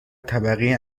طبقه